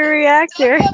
reactor